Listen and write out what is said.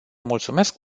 mulțumesc